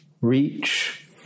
reach